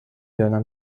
دانم